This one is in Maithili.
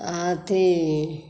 आथी